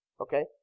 Okay